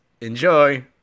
enjoy